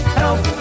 help